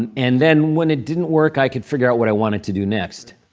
and and then when it didn't work, i could figure out what i wanted to do next.